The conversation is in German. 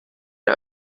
der